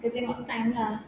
dia tengok time lah